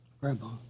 grandpa